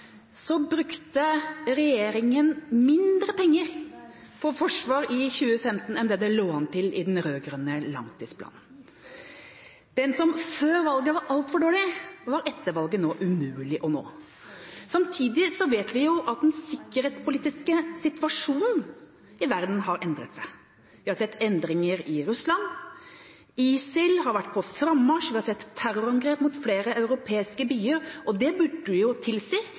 brukte regjeringa mindre penger på forsvar i 2015 enn det det lå an til i den rød-grønne langtidsplanen. Det som før valget var altfor dårlig, var etter valget umulig å oppnå. Samtidig vet vi at den sikkerhetspolitiske situasjonen i verden har endret seg. Vi har sett endringer i Russland, ISIL har vært på frammarsj, vi har sett terrorangrep mot flere europeiske byer. Det burde